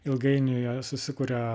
ilgainiui jie susikuria